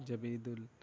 جب عیدل